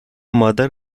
mother